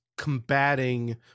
combating